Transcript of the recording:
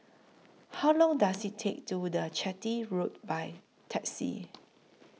How Long Does IT Take to The Chitty Road By Taxi